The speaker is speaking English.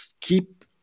keep